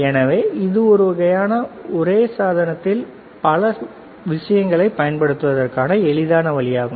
எனவே இது ஒரு வகையான ஒரே சாதனத்தில் பல விஷயங்களைப் பயன்படுத்துவதற்கான எளிதான வழியாகும்